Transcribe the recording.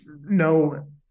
no